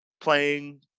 playing